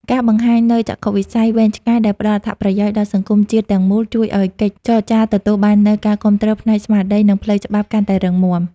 ការបង្ហាញនូវចក្ខុវិស័យវែងឆ្ងាយដែលផ្ដល់អត្ថប្រយោជន៍ដល់សង្គមជាតិទាំងមូល ជួយឱ្យកិច្ចចរចាទទួលបាននូវការគាំទ្រផ្នែកស្មារតី និងផ្លូវច្បាប់កាន់តែរឹងមាំ។